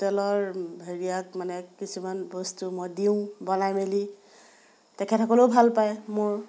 তেলৰ হেৰিয়াত মানে কিছুমান বস্তু মই দিওঁ বনাই মেলি তেখেতসকলেও ভাল পায় মোৰ